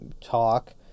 talk